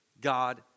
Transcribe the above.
God